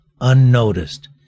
unnoticed